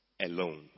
alone